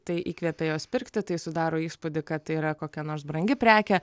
tai įkvepia juos pirkti tai sudaro įspūdį kad tai yra kokia nors brangi prekė